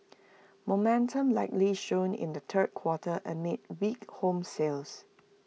momentum likely slowed in the third quarter amid weak home sales